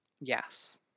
Yes